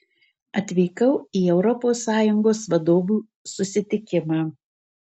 atvykau į europos sąjungos vadovų susitikimą